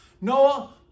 Noah